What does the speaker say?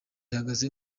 ihagaze